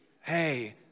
hey